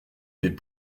les